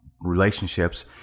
relationships